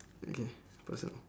okay personal